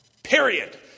Period